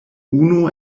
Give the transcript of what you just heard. unu